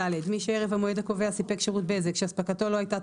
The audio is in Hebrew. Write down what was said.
(ד) מי שערב המועד הקובע סיפק שירות בזק שאספקתו לא הייתה